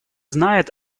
знает